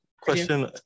question